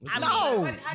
No